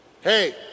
hey